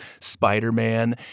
Spider-Man